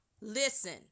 Listen